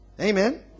amen